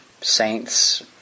saints